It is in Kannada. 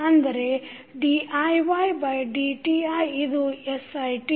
ಅಂದರೆ diY dti ಇದು sit